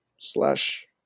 slash